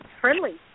friendly